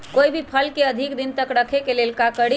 कोई भी फल के अधिक दिन तक रखे के ले ल का करी?